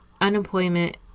unemployment